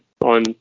on